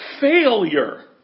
failure